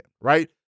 right